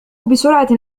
بسرعة